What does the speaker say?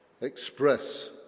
express